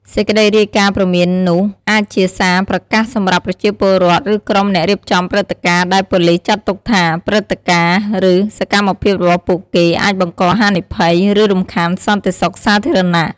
សេចក្តីរាយការណ៍ព្រមាននោះអាចជាសារប្រកាសសំរាប់ប្រជាពលរដ្ឋ ឬក្រុមអ្នករៀបចំព្រឹត្តិការណ៍ដែលប៉ូលិសចាត់ទុកថា ព្រឹត្តិការណ៍ ឬសកម្មភាពរបស់ពួកគេ អាចបង្កហានិភ័យ ឬរំខានសន្តិសុខសាធារណៈ។